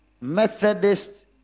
Methodist